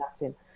latin